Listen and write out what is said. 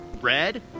red